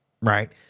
right